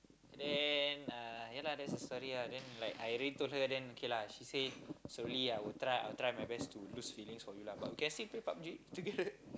then uh ya lah that's the story lah then like I already told her then okay lah she say slowly I will try I will try my best to lose feelings for you but we can still play PUB-G together